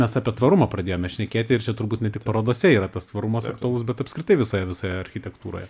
mes apie tvarumą pradėjome šnekėti ir čia turbūt ne tik parodose yra tas forumas aktualus bet apskritai visoje visoje architektūroje